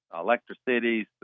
Electricities